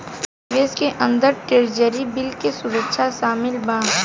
निवेश के अंदर ट्रेजरी बिल के सुरक्षा शामिल बा